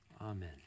Amen